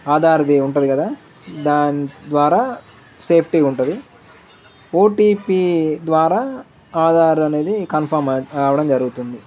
ఆధార్ అది ఉంటుంది కదా దాని ద్వారా సేఫ్టీ ఉంటుంది ఓటీపీ ద్వారా ఆధార్ అనేది కన్ఫర్మ్ అవ్వడం జరుగుతుంది